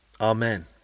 Amen